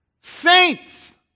saints